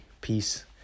peace